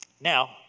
Now